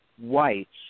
whites